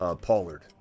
Pollard